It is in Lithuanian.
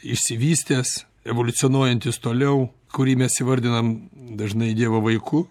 išsivystęs evoliucionuojantis toliau kurį mes įvardinam dažnai dievo vaiku